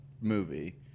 movie